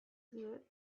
good